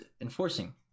enforcing